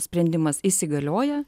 sprendimas įsigalioja